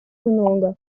много